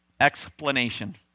explanation